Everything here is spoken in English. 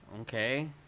okay